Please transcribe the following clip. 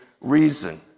reason